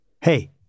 Hey